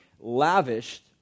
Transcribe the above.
lavished